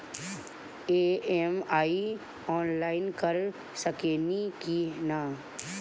EMI online कर सकेनी की ना?